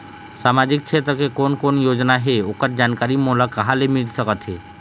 सामाजिक क्षेत्र के कोन कोन योजना हे ओकर जानकारी मोला कहा ले मिल सका थे?